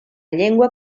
llengua